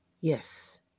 Yes